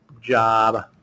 job